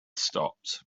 stopped